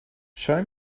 show